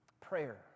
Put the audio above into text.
Prayer